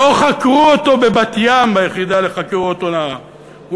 לא חקרו אותו בבת-ים ביחידה לחקירות הונאה,